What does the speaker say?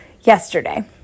yesterday